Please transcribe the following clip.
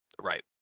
right